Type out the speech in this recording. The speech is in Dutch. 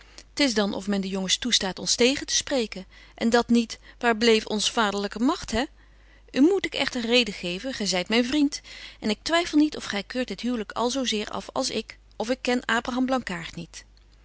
t is dan of men de jongens toestaat ons tegen te spreken en dat niet waar bleef onze vaderlyke magt he u moet betje wolff en aagje deken historie van mejuffrouw sara burgerhart ik echter reden geven gy zyt myn vriend en ik twyffel niet of gy keurt dit huwlyk al zo zeer af als ik of ik ken abraham blankaart niet